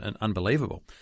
unbelievable